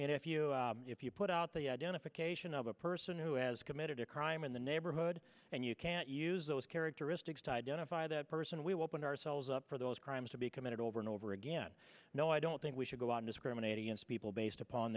mean if you if you put out the identification of a person who has committed a crime in the neighborhood and you can't use those characteristics to identify that person we will put ourselves up for those crimes to be committed over and over again no i don't think we should go on discriminate against people based upon